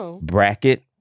bracket